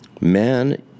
Man